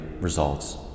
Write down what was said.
results